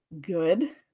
good